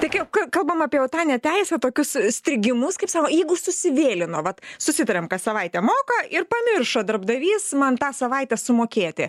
taigi o kai kalbam apie o tą ne teisę tokius strigimus kaip sako jeigu susivėlino vat susitariam kas savaitę moka ir pamiršo darbdavys man tą savaitę sumokėti